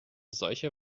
solche